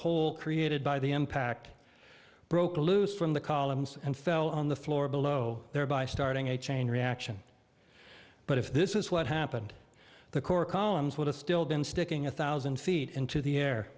hole created by the impact broke loose from the columns and fell on the floor below thereby starting a chain reaction but if this is what happened the core columns would have still been sticking a thousand feet into the air